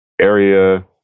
area